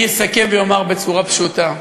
אני אסכם ואומר בצורה פשוטה,